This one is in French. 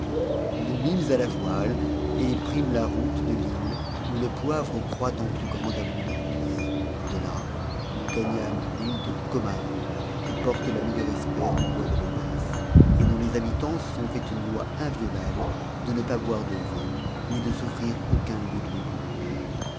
nous mîmes a a v oile et prîmes la route de l'île où le poivre croit f abondance de là nous gagnâmes c de comari ui pwte la meii eur espèce de bois d'aloès et dont les habitants se sont fait une loi inviolable de ne pas boire de vin ni de soufmr aucun lieu de débauche